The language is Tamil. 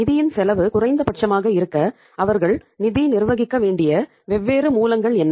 நிதியின் செலவு குறைந்தபட்சமாக இருக்க அவர்கள் நிதி நிர்வகிக்க வேண்டிய வெவ்வேறு மூலங்கள் என்ன